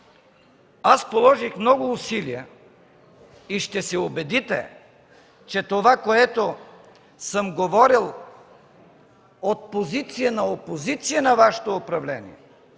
Аз положих много усилия и ще се убедите, че това, което съм говорил от позиция на опозиция на Вашето управление,